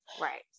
Right